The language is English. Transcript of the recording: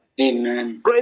Amen